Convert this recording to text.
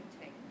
take